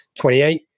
28